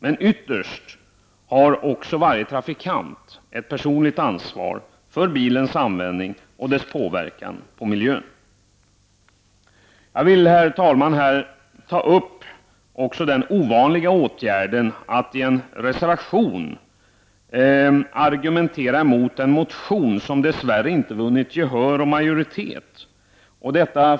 Men ytterst har också varje trafikant ett personligt ansvar för bilens användning och dess påverkan på miljön, Jag vill, herr talman, här ta upp också den ovanliga åtgärden att i en reservation argumentera emot en motion som dess värre inte vunnit gehör och inte heller har fått stöd av en majoritet i utskottet.